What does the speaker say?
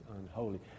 unholy